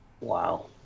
Wow